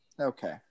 Okay